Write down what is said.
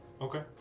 Okay